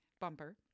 bumper